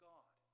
God